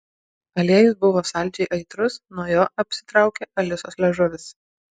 aliejus buvo saldžiai aitrus nuo jo apsitraukė alisos liežuvis